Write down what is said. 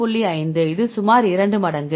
5 இது சுமார் 2 மடங்கு